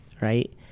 Right